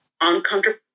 uncomfortable